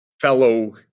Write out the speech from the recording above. Fellow